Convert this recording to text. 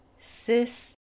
cis